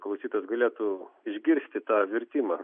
klausytojas galėtų išgirsti tą virtimą